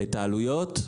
את העלויות?